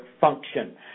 function